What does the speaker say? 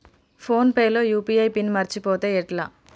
Phone pay లో UPI PIN మరచిపోతే ఎట్లా?